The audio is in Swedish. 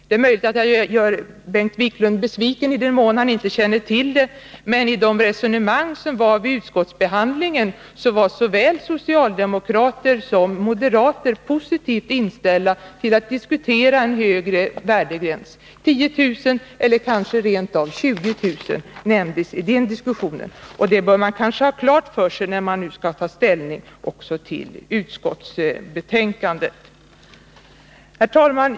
Det är möjligt att jag gör Bengt Wiklund besviken, men för den händelse han inte känner till det vill jag säga att i de resonemang som fördes vid utskottsbehandlingen var såväl socialdemokrater som moderater positivt inställda till att diskutera en högre värdegräns. 10 000 eller kanske rent av 20 000 kr. nämndes i den diskussionen. Det bör man kanske ha klart för sig, när man nu skall ta ställning till utskottsbetänkandet. Herr talman!